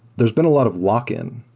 there's been a lot of lock-in.